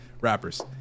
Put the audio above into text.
rappers